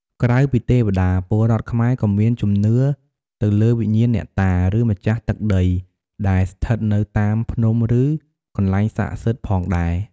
ក្រៅពីទេវតា ពលរដ្ឋខ្មែរក៏មានជំនឿទៅលើវិញ្ញាណអ្នកតា ឬម្ចាស់ទឹកម្ចាស់ដីដែលស្ថិតនៅតាមភ្នំឬកន្លែងស័ក្តិសិទ្ធិផងដែរ។